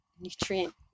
nutrient